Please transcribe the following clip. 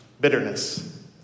Bitterness